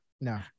no